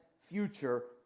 future